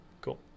Cool